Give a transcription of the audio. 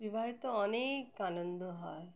বিবাহে তো অনেক আনন্দ হয়